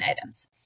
items